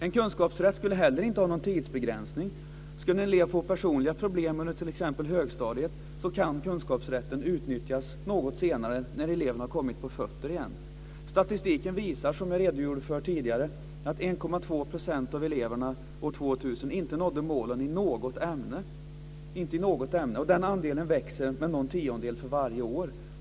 En kunskapsrätt skulle inte heller ha någon tidsbegränsning. Skulle en elev på personliga problem på t.ex. högstadiet så kan kunskapsrätten utnyttjas något senare, när eleven har kommit på fötter igen. Statistiken visar, som vi redogjorde för tidigare, att 1,2 % av eleverna år 2000 inte nådde målen i något ämne, och den andelen växer med någon tiondel för varje år.